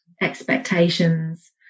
expectations